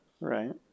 Right